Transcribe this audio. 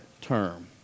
term